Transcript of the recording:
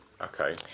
Okay